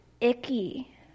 icky